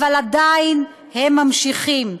אבל עדיין הם ממשיכים.